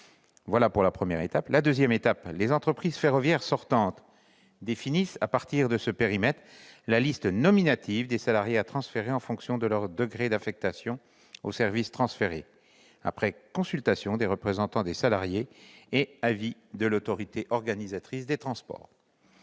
à l'appel d'offres. Deuxième étape, les entreprises ferroviaires sortantes définissent à partir de ce périmètre la liste nominative des salariés à transférer en fonction de leur degré d'affectation au service transféré, après consultation des représentants des salariés et avis de l'autorité organisatrice de transport.